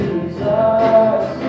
Jesus